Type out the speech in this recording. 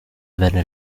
averne